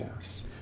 yes